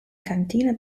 cantina